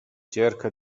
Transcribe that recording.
cerca